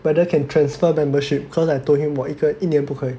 whether can transfer membership because I told him 我的一年不可以